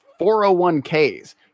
401ks